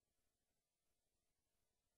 רוב